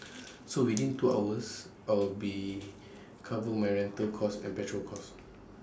so within two hours I will be cover my rental cost and petrol cost